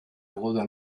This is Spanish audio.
aguda